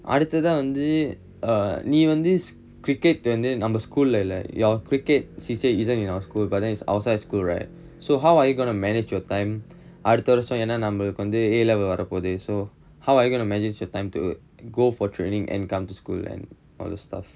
அடுத்ததா வந்து:aduthathaa vanthu err நீ வந்து:nee vanthu cricket வந்து நம்ம:vanthu namma school leh இல்ல:illa your cricket C_C_A isn't in our school but then it's outside school right so how are you going to manage your time அடுத்த வருஷம் ஏனா நம்மளுக்கு வந்து:adutha varusham yaenaa nammalukku vanthu A level வரப்போவுது:varappovuthu so how are you gonna manage your time to go for training and come to school and all the stuff